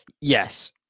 Yes